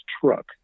truck